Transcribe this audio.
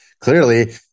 clearly